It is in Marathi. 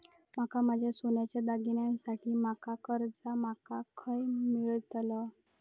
माका माझ्या सोन्याच्या दागिन्यांसाठी माका कर्जा माका खय मेळतल?